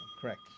Correct